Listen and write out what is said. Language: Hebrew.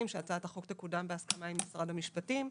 שהצעת החוק תקודם בהסכמה עם משרד המשפטים,